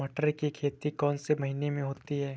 मटर की खेती कौन से महीने में होती है?